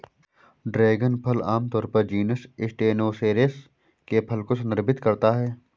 dragon फल आमतौर पर जीनस स्टेनोसेरेस के फल को संदर्भित करता है